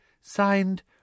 Signed